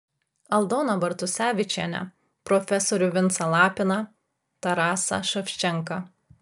aldoną bartusevičienę profesorių vincą lapiną tarasą ševčenką